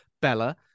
Bella